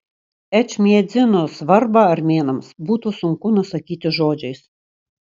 ečmiadzino svarbą armėnams būtų sunku nusakyti žodžiais